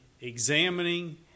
examining